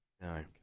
No